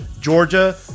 Georgia